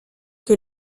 que